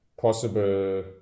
possible